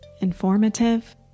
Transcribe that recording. informative